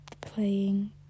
playing